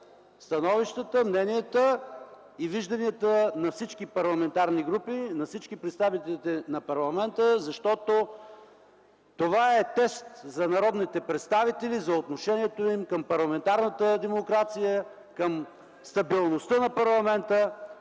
становищата, мненията и вижданията на всички парламентарни групи, на всички представители на парламента, защото това е тест за народните представители, за отношението им към парламентарната демокрация, към стабилността на парламента,